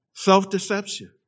Self-deception